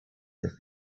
that